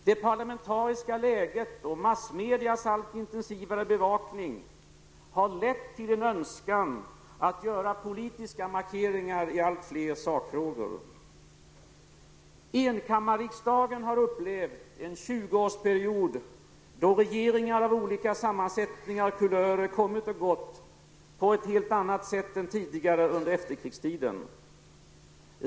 Det parlamentariska läget och massmedias allt intensivare bevakning har lett till en önskan att göra politiska markeringar i allt fler sakfrågor. Enkammarriksdagen har upplevt en 20-årsperiod då regeringar av olika sammansättningar och kulörer kommit och gått på ett helt annat sätt än tidigare under efterkrigstiden.